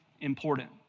important